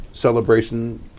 celebration